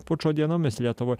pučo dienomis lietuvoj